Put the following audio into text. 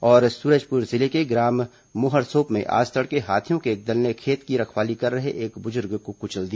और सूरजपुर जिले के ग्राम मोहरसोप में आज तड़के हाथियों के एक दल ने खेत की रखवाली कर रहे एक बुजुर्ग को कुचल दिया